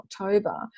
October